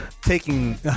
taking